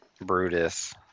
Brutus